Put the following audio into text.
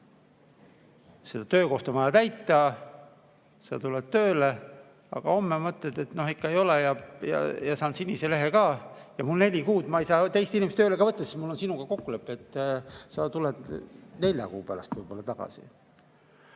see töökoht on vaja täita, sa tuled tööle, aga homme mõtled: no ikka ei ole see, ja saan sinise lehe ka. Aga mina neli kuud ei saa teist inimest tööle ka võtta, sest mul on sinuga kokkulepe, et sa tuled nelja kuu pärast võib-olla tagasi.